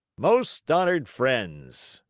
most honored friends,